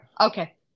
Okay